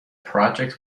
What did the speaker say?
project